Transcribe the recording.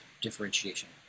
differentiation